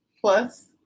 plus